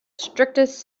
strictest